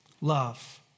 Love